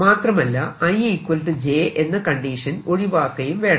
മാത്രമല്ല i j എന്ന condition ഒഴിവാക്കുകയും വേണം